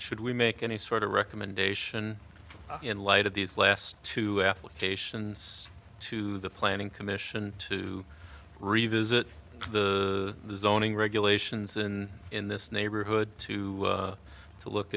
should we make any sort of recommendation in light of these last two applications to the planning commission to revisit the zoning regulations and in this neighborhood to